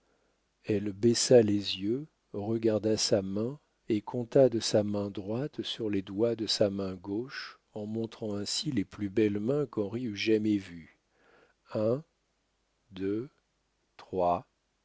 elle baissa les yeux regarda sa main et compta de sa main droite sur les doigts de sa main gauche en montrant ainsi les plus belles mains qu'henri eût jamais vues un deux trois